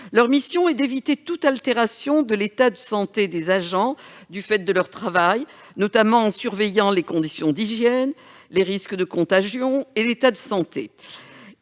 Leur mission est d'éviter toute altération de l'état de santé des agents en raison de leur travail, notamment en surveillant les conditions d'hygiène, les risques de contagion et l'état de santé.